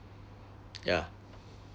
ya